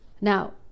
Now